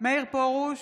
מאיר פרוש,